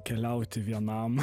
keliauti vienam